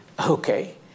okay